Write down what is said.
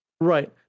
right